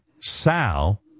Sal